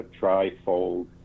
trifold